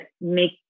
make